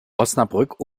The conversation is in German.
osnabrück